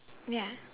ya